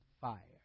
fire